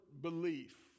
belief